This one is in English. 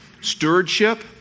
Stewardship